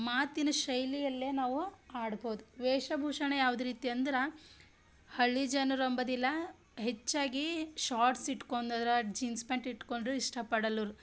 ಮಾತಿನ ಶೈಲಿಯಲ್ಲೇ ನಾವು ಆಡ್ಬೋದು ವೇಷಭೂಷಣ ಯಾವ್ ರೀತಿ ಅಂದ್ರೆ ಹಳ್ಳಿ ಜನರು ಅಂಬದಿಲ ಹೆಚ್ಚಾಗಿ ಶಾಟ್ಸ್ ಇಟ್ಕೊಂದದ್ರೆ ಜೀನ್ಸ್ ಪ್ಯಾಂಟ್ ಇಟ್ಟುಕೊಂಡ್ರು ಇಷ್ಟಪಡಲ್ಲರು